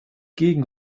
gegen